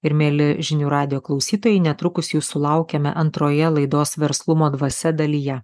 ir mieli žinių radijo klausytojai netrukus jų sulaukiame antroje laidos verslumo dvasia dalyje